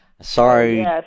sorry